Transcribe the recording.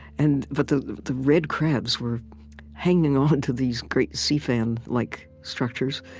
and but the the red crabs were hanging onto these great sea-fan-like like structures.